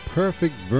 perfect